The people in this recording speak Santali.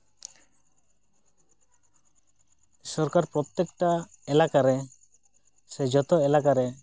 ᱥᱚᱨᱠᱟᱨ ᱯᱨᱚᱛᱛᱮᱠᱴᱟ ᱮᱞᱟᱠᱟ ᱨᱮ ᱥᱮ ᱡᱚᱛᱚ ᱮᱞᱟᱠᱟ ᱨᱮ